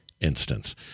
instance